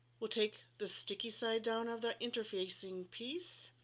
we'll take the sticky side down of the interfacing piece.